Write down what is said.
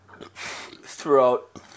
throughout